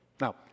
Now